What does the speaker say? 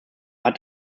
hat